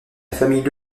famille